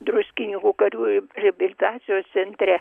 druskininkų karių reabilitacijos centre